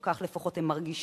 או כך לפחות הם מרגישים,